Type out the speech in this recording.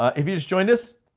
if you just joined us,